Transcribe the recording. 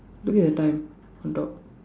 look at the time on top